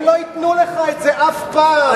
הם הרי לא ייתנו את זה אף פעם.